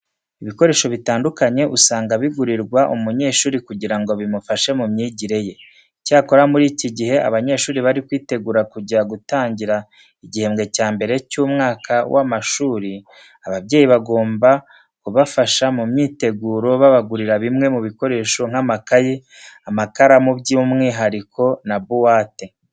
Ibikoresho bitandukanye usanga bigurirwa umunyeshuri kugira ngo bimufashe mu myigire ye. Icyakora muri iki gihe abanyeshuri bari kwitegura kujya gutangira igihembwe cya mbere cy'umwaka w'amashuri, ababyeyi bagomba kubafasha mu myiteguro babagurira bimwe mu bikoresho nk'amakayi, amakaramu by'umwihariko na buwate.